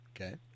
Okay